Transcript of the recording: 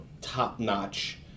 top-notch